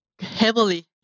heavily